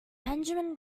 benjamin